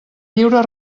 lliure